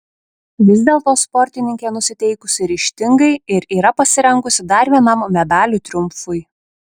vis dėlto sportininkė nusiteikusi ryžtingai ir yra pasirengusi dar vienam medalių triumfui